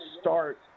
start